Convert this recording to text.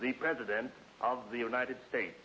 the president of the united states